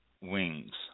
wings